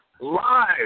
live